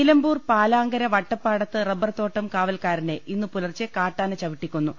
നിലമ്പൂർ പാലാങ്കര വട്ടപ്പാടത്ത് റബ്ബർതോട്ടം കാവൽക്കാരനെ ഇന്നു പുലർച്ചെ കാട്ടാന ചവിട്ടിക്കൊന്നു